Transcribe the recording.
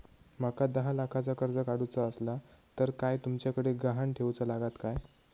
माका दहा लाखाचा कर्ज काढूचा असला तर काय तुमच्याकडे ग्हाण ठेवूचा लागात काय?